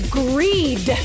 greed